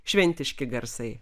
šventiški garsai